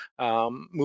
move